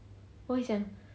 我以前:wo yi qianan